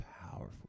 powerful